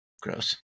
gross